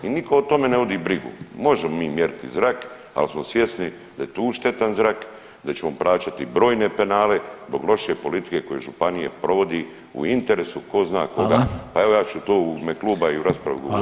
I niko o tome ne vodi brigu, možemo mi mjeriti zrak, ali smo svjesni da je tu štetan zrak da ćemo plaćati brojne penale zbog loše politike koju županija provodi u interesu ko zna koga [[Upadica Reiner: Hvala.]] pa evo ja ću to u ime kluba i u raspravi govoriti.